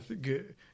good